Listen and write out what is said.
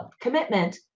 commitment